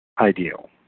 ideal